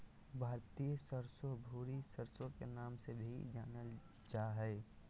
भारतीय सरसो, भूरी सरसो के नाम से भी जानल जा हय